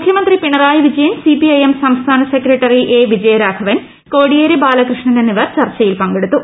മുഖ്യമന്ത്രി Pinarayi Vijayan CPI M സംസ്ഥാന secretary A Vijayaraghavan Kodiyeri Balakrishnan എന്നിവർ ചർച്ചയിൽ പങ്കെടുത്തു